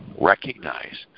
recognize